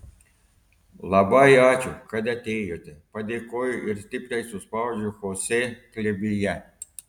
labai ačiū kad atėjote padėkoju ir stipriai suspaudžiu chosė glėbyje